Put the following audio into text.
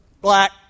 black